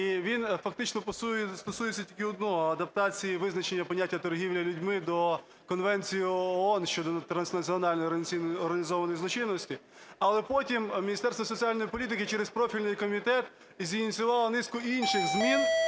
і він фактично стосується тільки одного - адаптації визначення поняття "торгівля людьми" до Конвенції ООН щодо транснаціональної організованої злочинності. Але Міністерство соціальної політики через профільний комітет зініціювало низку інших змін,